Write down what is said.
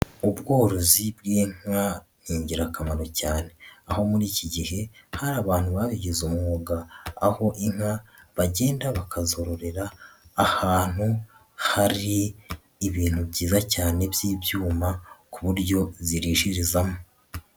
Ubworozi bw'inka ni ingirakamaro cyane aho muri iki gihe hari abantu babigize umwuga aho inka bagenda bakazororera ahantu hari ibintu byiza cyane by'ibyuma ku buryo zirishirizamo.